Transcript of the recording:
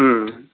अँ